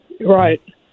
right